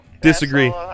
Disagree